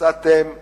נסעתם למנהיג,